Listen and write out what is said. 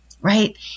right